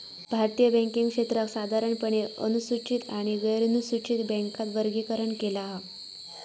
भारतीय बॅन्किंग क्षेत्राक साधारणपणे अनुसूचित आणि गैरनुसूचित बॅन्कात वर्गीकरण केला हा